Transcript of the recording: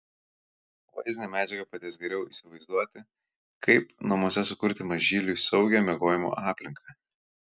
vaizdinė medžiaga padės geriau įsivaizduoti kaip namuose sukurti mažyliui saugią miegojimo aplinką